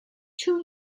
two